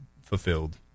fulfilled